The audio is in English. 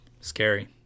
Scary